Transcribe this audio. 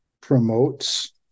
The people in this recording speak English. promotes –